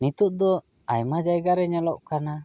ᱱᱤᱛᱚᱜ ᱫᱚ ᱟᱭᱢᱟ ᱡᱟᱭᱜᱟ ᱨᱮ ᱧᱮᱞᱚᱜ ᱠᱟᱱᱟ